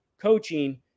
coaching